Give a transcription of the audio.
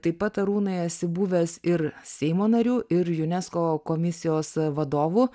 taip pat arūnai esi buvęs ir seimo narių ir junesko komisijos vadovu